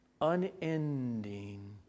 unending